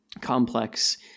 complex